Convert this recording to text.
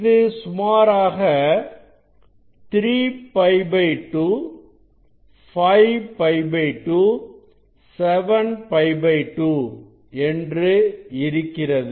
இது சுமாராக 3π2 5 π 2 7 π 2 என்று இருக்கிறது